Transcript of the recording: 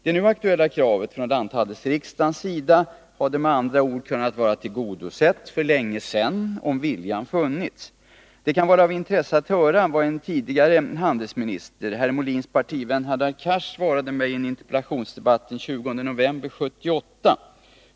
Det nu aktuella kravet från lanthandelsriksdagens sida hade med andra ord kunnat vara tillgodosett för länge sedan, om viljan funnits. Det kan vara av intresse att höra vad en tidigare handelsminister — herr Molins partivän Hadar Cars — svarade mig i en interpellationsdebatt den 20 november 1978.